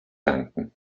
danken